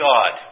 God